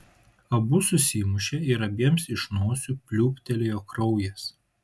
abu susimušė ir abiems iš nosių pliūptelėjo kraujas